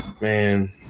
Man